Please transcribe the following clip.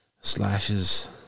slashes